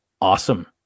Awesome